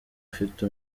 afite